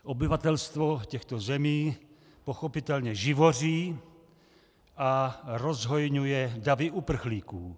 Obyvatelstvo těchto zemí pochopitelně živoří a rozhojňuje davy uprchlíků.